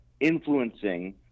influencing